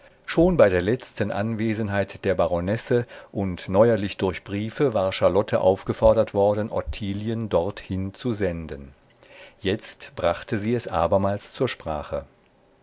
schon bei der letzten anwesenheit der baronesse und neuerlich durch briefe war charlotte aufgefordert worden ottilien dorthin zu senden jetzt brachte sie es abermals zur sprache